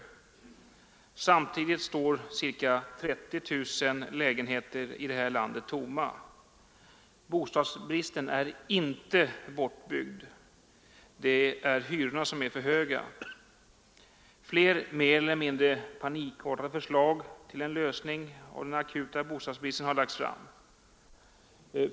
Samtidigt står ca 30 000 lägenheter i det här landet tomma. Bostadsbristen är inte bortbyggd. Det är hyrorna som är för höga. Flera mer eller mindre panikartade förslag till en lösning av den akuta bostadskrisen har lagts fram.